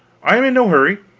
i am in no hurry,